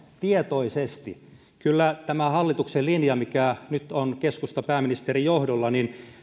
tietoisesti kyllä tämä hallituksen linja mikä nyt on keskustapääministerin johdolla